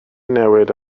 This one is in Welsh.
newid